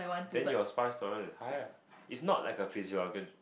then your spice tolerance is high ah is not like a physio organ